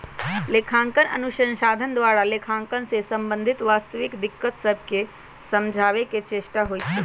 लेखांकन अनुसंधान द्वारा लेखांकन से संबंधित वास्तविक दिक्कत सभके समझाबे के चेष्टा होइ छइ